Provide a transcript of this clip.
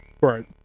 right